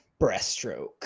breaststroke